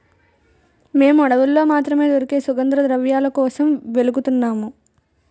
మేము అడవుల్లో మాత్రమే దొరికే సుగంధద్రవ్యాల కోసం వెలుతున్నాము